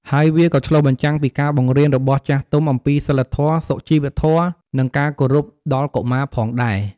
ហើយវាក៏ឆ្លុះបញ្ចាំងពីការបង្រៀនរបស់ចាស់ទុំអំពីសីលធម៌ សុជីវធម៌ និងការគោរព ដល់កុមារផងដែរ។